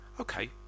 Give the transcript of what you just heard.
okay